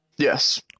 Yes